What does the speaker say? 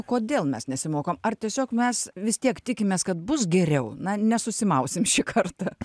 kodėl mes nesimokom ar tiesiog mes vis tiek tikimės kad bus geriau na nesusimausim šį kartą